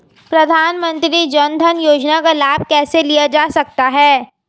प्रधानमंत्री जनधन योजना का लाभ कैसे लिया जा सकता है?